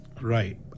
right